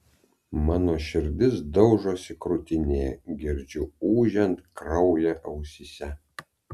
mano širdis daužosi krūtinėje girdžiu ūžiant kraują ausyse